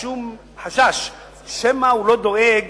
שום חשש שמא הוא לא דואג